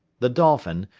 the dolphin,